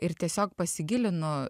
ir tiesiog pasigilinu